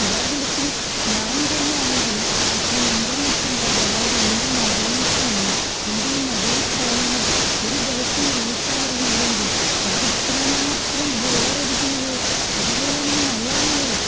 ഉദാഹരണത്തിന് ഞാൻ തന്നെ ആണെങ്കിലും ഇപ്പോൾ ഇൻറ്റർനെറ്റ് ഇല്ലാതെ അതായത് എൻ്റെ മൊബൈൽ ഫോണ് എൻ്റെ ഈ മൊബൈൽ ഫോണിൽ ഒരു ദിവസം റീചാർജ് ഇല്ലെങ്കിൽ ഞാൻ എത്ര മാത്രം ബോറടിക്കുന്നുവോ അതുപോലെയാണ് ഈ മലയാളികൾ